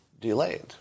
delayed